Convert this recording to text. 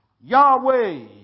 Yahweh